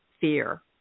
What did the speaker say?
fear